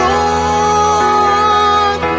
Lord